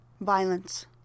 Violence